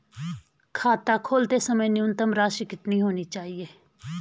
खाता खोलते समय न्यूनतम धनराशि कितनी होनी चाहिए?